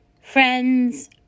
friends